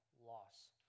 loss